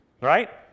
right